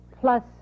plus